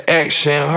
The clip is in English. action